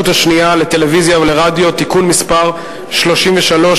השנייה לטלוויזיה ורדיו (תיקון מס' 33),